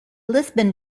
lisbon